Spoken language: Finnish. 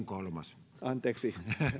kolmas anteeksi